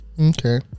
Okay